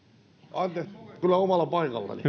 anteeksi olen kyllä omalla paikallani